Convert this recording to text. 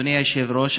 אדוני היושב-ראש,